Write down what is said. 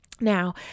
Now